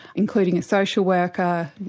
including social worker,